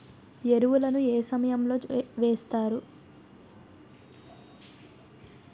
ఎరువుల ను ఏ సమయం లో వేస్తారు?